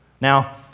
Now